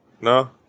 No